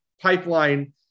pipeline